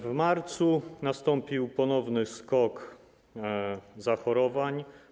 W marcu nastąpił ponowny skok zachorowań.